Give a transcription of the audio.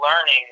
learning